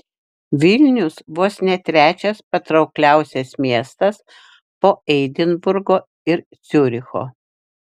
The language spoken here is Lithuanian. vilnius vos ne trečias patraukliausias miestas po edinburgo ir ciuricho